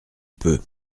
peut